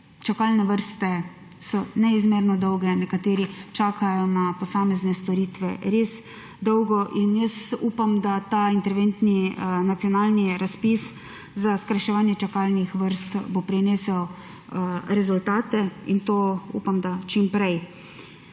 čakalne vrste so neizmerno dolge, nekateri čakajo na posamezne storitve res dolgo. Upam, da ta interventni nacionalni razpis za skrajševanje čakalnih vrst bo prinesel rezultate, in upam, da čim prej.